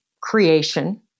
creation